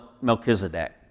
Melchizedek